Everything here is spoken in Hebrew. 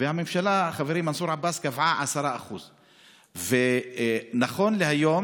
והממשלה, חברי מנסור עבאס, קבעה 10%. נכון להיום